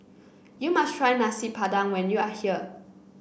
you must try Nasi Padang when you are here